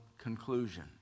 conclusion